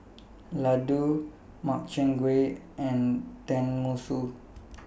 Ladoo Makchang Gui and Tenmusu